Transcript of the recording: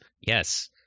Yes